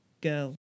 Girl